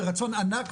ורצון ענק,